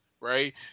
right